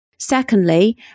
Secondly